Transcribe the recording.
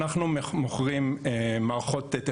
אני רוצה להבין מה הקשר שלו לחוק.